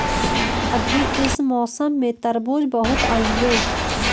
अभी इस मौसम में तरबूज बहुत आएंगे